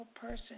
person